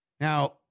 Now